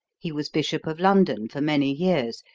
he was bishop of london for many years,